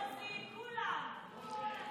מיכל רוזין, כולן.